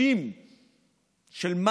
ומה